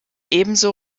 ebenso